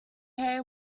hay